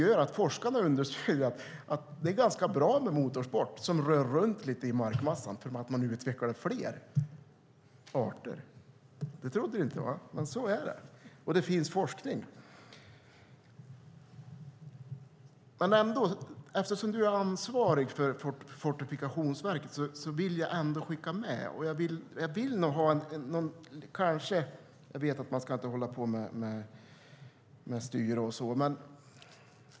Forskarna säger att det är ganska bra med motorsport som rör runt i markmassan, för då utvecklas fler arter. Det trodde du inte? Så är det, och det säger forskning. Eftersom du är ansvarig för Fortifikationsverket vill jag skicka med en sak. Jag vet att man inte ska hålla på med ministerstyre och så.